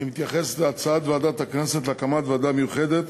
אני מתייחס להצעת ועדת הכנסת להקים ועדה מיוחדת